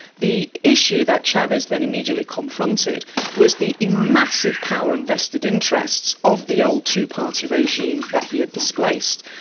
the issue that chavez then immediately confronted was the massive power and vested interests of the old two-party regime that he had displaced.